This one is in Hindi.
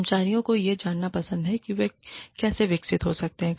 कर्मचारी यह जानना पसंद करते हैं कि वे कैसे विकसित हो सकते हैं